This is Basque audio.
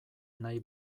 nahi